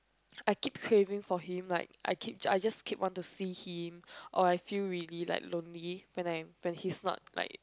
I keep favoring for him like I keep I just keep want to see him or I feel really like lonely when I when he is not like